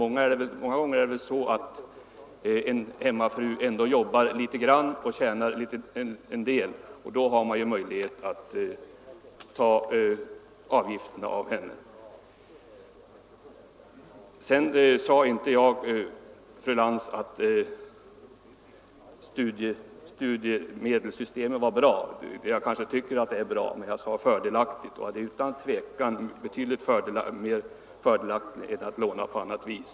Men många gånger är det väl ändå så att en hemmafru arbetar litet grand och då tjänar en del, och då har man ju möjlighet att ta ut avgiften av henne. Jag sade inte, fru Lantz, att studiemedelssystemet var bra. Jag kanske tycker att det är bra, men jag sade ”fördelaktigt”. Det är utan tvivel mer fördelaktigt än att låna på annat sätt.